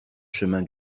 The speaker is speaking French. chemin